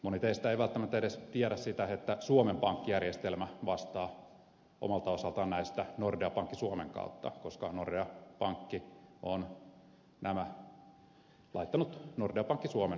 moni teistä ei välttämättä edes tiedä sitä että suomen pankkijärjestelmä vastaa omalta osaltaan näistä nordea pankki suomen kautta koska nordea pankki on laittanut nämä nordea pankki suomen kontolle